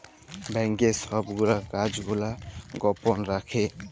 ব্যাংকের ছব গুলা কাজ গুলা গপল রাখ্যে